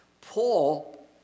Paul